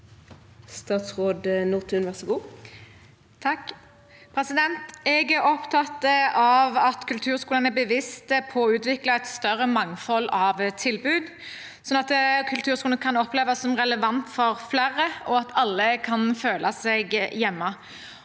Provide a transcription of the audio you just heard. Statsråd Kari Nessa Nordtun Jeg er opptatt av at kulturskolene er bevisste på å utvikle et større mangfold av tilbud, sånn at kulturskolen kan oppleves som relevant for flere, og at alle kan føle seg hjemme.